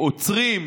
עוצרים,